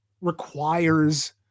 requires